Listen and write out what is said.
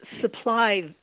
supply